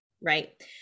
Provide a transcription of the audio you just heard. right